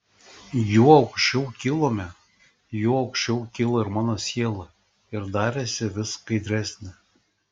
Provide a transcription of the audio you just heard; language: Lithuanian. juo aukščiau kilome juo aukščiau kilo ir mano siela ir darėsi vis skaidresnė